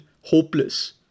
hopeless